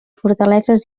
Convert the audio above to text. fortaleses